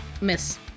miss